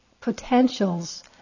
potentials